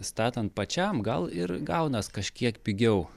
statant pačiam gal ir gaunas kažkiek pigiau